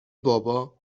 بابا